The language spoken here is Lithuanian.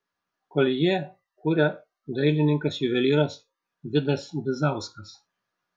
koljė kuria dailininkas juvelyras vidas bizauskas